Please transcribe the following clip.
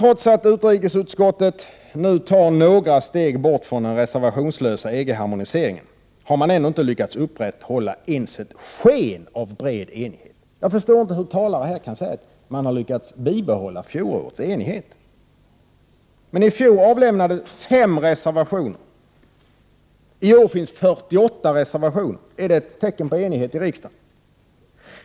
Trots att utrikesutskottet nu tar några steg bort från den reservationslösa EG-harmoniseringen har man inte lyckats upprätthålla ens ett sken av bred enighet. Jag förstår inte hur talare här kan säga att man har lyckats bibehålla fjolårets enighet. I fjol avgavs 5 reservationer, och i år är det 48. Är det ett tecken på enighet i riksdagen?